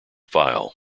file